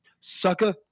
Sucker